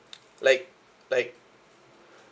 like like